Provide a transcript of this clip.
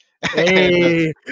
Hey